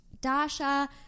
Dasha